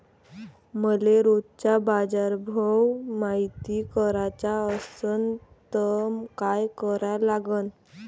मले रोजचा बाजारभव मायती कराचा असन त काय करा लागन?